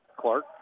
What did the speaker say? Clark